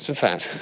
so fat.